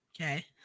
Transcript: Okay